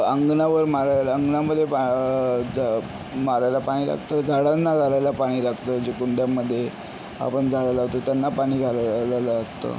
अंगणावर मारायला अंगणामध्ये पा ज मारायला पाणी लागतं झाडांना घालायला पाणी लागतं जे कुंड्यांमध्ये आपण झाडं लावतो त्यांना पाणी घालायला लागतं